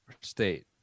State